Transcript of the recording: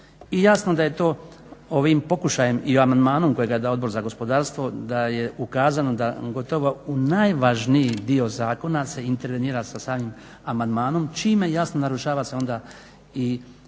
I jasno je da je to ovim pokušajem i amandmanom kojega je dao Odbor za gospodarstvo da je ukazano da gotovo u najvažniji dio zakona se intervenira sa samim amandmanom čime se jasno narušava onda i